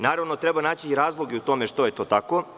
Naravno treba naći i razloge u tome što je to tako.